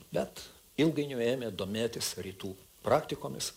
bet ilgainiui ėmė domėtis rytų praktikomis